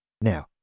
Now